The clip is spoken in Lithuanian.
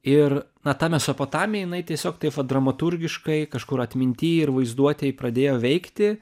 ir na ta mesopotamia jinai tiesiog taip va dramaturgiškai kažkur atminty ir vaizduotėj pradėjo veikti